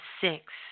six